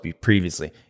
previously